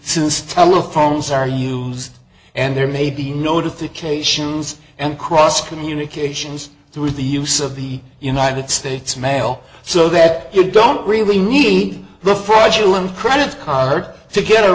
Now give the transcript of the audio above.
since telephones are used and there may be notifications and cross communications through the use of the united states mail so that you don't really need the fraudulent credit card to get